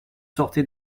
sortez